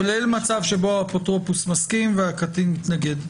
כולל מצב שבו האפוטרופוס מסכים והקטין מתנגד.